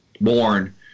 born